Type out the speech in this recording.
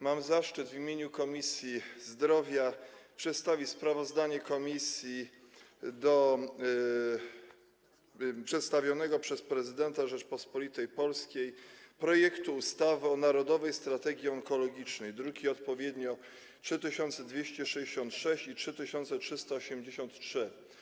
Mam zaszczyt w imieniu Komisji Zdrowia przedstawić sprawozdanie o przedstawionym przez prezydenta Rzeczypospolitej Polskiej projekcie ustawy o Narodowej Strategii Onkologicznej, odpowiednio druki nr 3266 i 3383.